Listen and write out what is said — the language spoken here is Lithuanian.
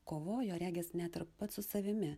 kovojo regis net ir pats su savimi